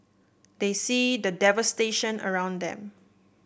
they see the devastation around them